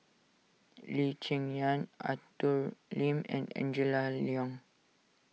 Lee Cheng Yan Arthur Lim and Angela Liong